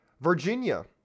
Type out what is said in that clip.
Virginia